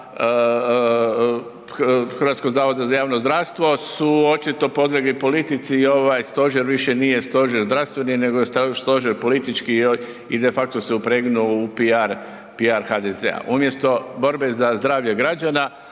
Capak i ekipe iz HZJZ-a su očito podlegli politici i ovaj stožer više nije stožer zdravstveni nego je stožer politički i de facto se upregnuo u PR HDZ-a umjesto borbe za zdravlje građana,